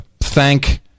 thank